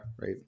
right